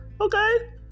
okay